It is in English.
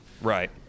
Right